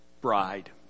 bride